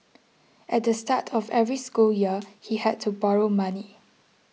at the start of every school year he had to borrow money